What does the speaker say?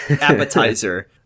appetizer